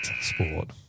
sport